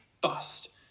bust